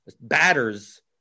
batters